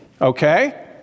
okay